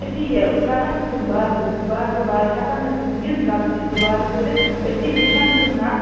أتی کَرن نہٕ تِم بار دُبار بار دُبارٕ ہیٚکن نہٕ تِم یِژھ غلطی دُبارٕ کٔرِتھ أتی ہیٚچھن تِم نہ